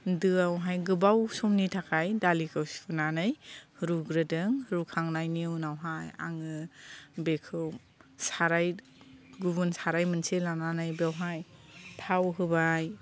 दोआवहाय गोबाव समनि थाखाय दालिखौ सुनानै रुग्रोदों रुखांनायनि उनावहाय आङो बेखौ साराय गुबुन मोनसे साराय लानानै बेवहाय थाव होबाय